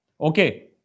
Okay